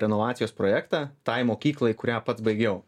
renovacijos projektą tai mokyklai kurią pats baigiau